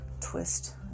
twist